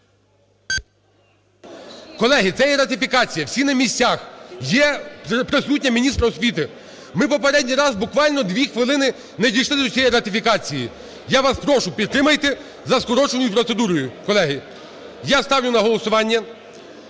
Колеги, це є ратифікація, всі на місцях, є присутня міністр освіти. Ми попередній раз буквально 2 хвилини не дійшли до цієї ратифікації, я вас прошу, підтримайте за скороченою процедурою. Колеги, я ставлю на голосування